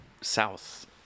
south